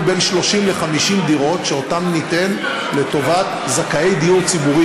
בין 30 ל-50 דירות שאותן ניתן לטובת זכאי דיור ציבורי,